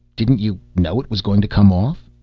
didn't you know it was going to come off?